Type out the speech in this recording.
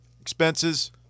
expenses